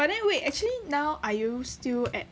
but then wait actually now are you still at